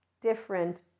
different